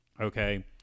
Okay